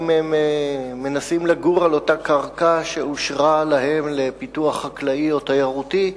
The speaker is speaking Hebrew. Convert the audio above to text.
אם הם מנסים לגור על אותה קרקע שאושרה להם לפיתוח חקלאי או תיירותי,